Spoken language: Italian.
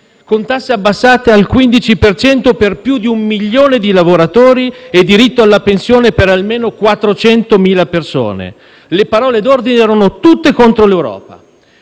con tasse diminuite al 15 per cento per più di un milione di lavoratori e diritto alla pensione per almeno 400.000 persone. Le parole d'ordine erano tutte contro l'Europa.